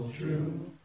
true